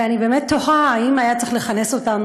ואני באמת תוהה אם היה צריך לכנס אותנו